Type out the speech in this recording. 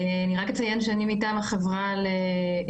אני רק אציין שאני מטעם החברה לקידום